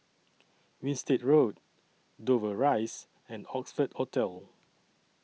Winstedt Road Dover Rise and Oxford Hotel